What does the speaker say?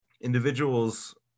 individuals